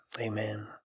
Amen